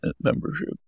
membership